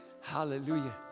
Hallelujah